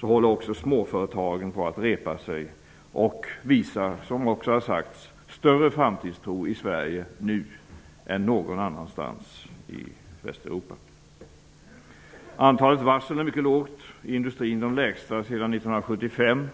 håller också småföretagen på att repa sig och visar nu, vilket också har sagts, större framtidstro i Sverige än någon annanstans i Västeuropa. Antalet varsel är mycket litet; i industrin det minsta sedan 1975.